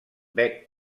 bec